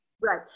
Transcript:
Right